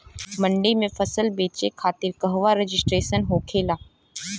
मंडी में फसल बेचे खातिर कहवा रजिस्ट्रेशन होखेला?